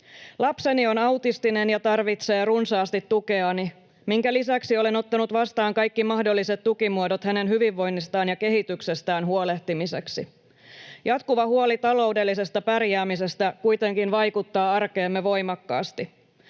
Lapseni on autistinen ja tarvitsee runsaasti tukeani, minkä lisäksi olen ottanut vastaan kaikki mahdolliset tukimuodot hänen hyvinvoinnistaan ja kehityksestään huolehtimiseksi. Jatkuva huoli taloudellisesta pärjäämisestä kuitenkin vaikuttaa arkeemme voimakkaasti.